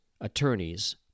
attorneys